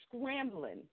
scrambling